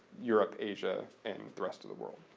europe, asia and the rest of the world.